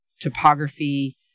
topography